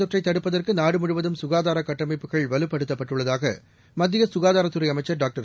தொற்றைதடுப்பதற்குநாடுமுழுவதும் சுகாதாரகட்டமைப்புகள் வலுப்படுத்தப்பட்டுள்ளதாகமத்தியசுகாதாரத்துறைஅமைச்சர் டாக்டர்